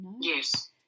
Yes